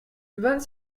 vingt